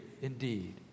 indeed